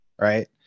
right